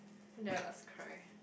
when did I last cry